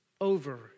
over